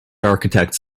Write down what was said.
architects